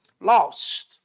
lost